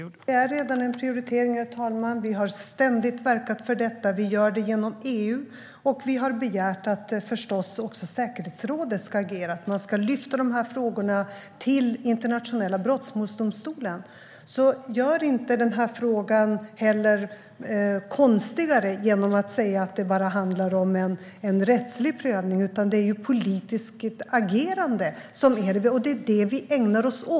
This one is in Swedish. Herr talman! Det är redan en prioritering. Vi har ständigt verkat för detta. Vi gör det genom EU, och vi har förstås begärt att även säkerhetsrådet ska agera och lyfta de här frågorna till Internationella brottmålsdomstolen. Gör inte heller den här frågan konstigare genom att säga att det bara handlar om rättslig prövning! Det är politiskt agerande som är det viktiga, och det är det vi ägnar oss åt.